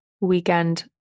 weekend